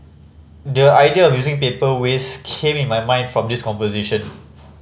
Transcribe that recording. the idea of using paper waste came in my mind from this conversation